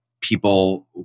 people